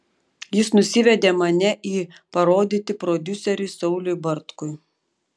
jis nusivedė mane į parodyti prodiuseriui sauliui bartkui